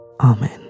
Amen